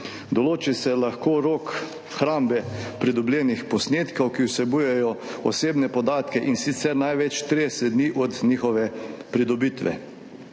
Določi se lahko rok hrambe pridobljenih posnetkov, ki vsebujejo osebne podatke, in sicer največ 30 dni od njihove pridobitve.